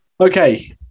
Okay